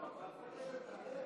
אדוני היושב-ראש,